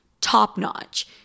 top-notch